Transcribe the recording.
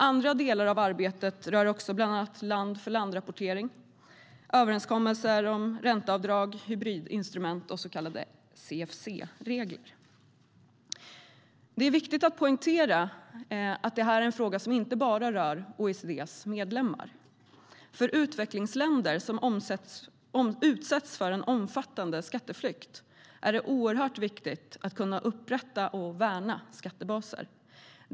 Andra delar av arbetet rör bland annat land-för-land-rapportering, överenskommelser om ränteavdrag, hybridinstrument och så kallade CFC-regler. Det är viktigt att poängtera att frågan rör inte bara OECD:s medlemmar. För utvecklingsländer, som utsätts för omfattande skatteflykt, är det oerhört viktigt att kunna upprätta och värna skattebaser.